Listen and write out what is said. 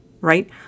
right